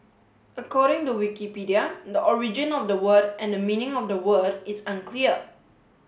according to Wikipedia the origin of the word and meaning of the word is unclear